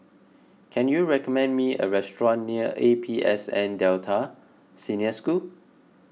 can you recommend me a restaurant near A P S N Delta Senior School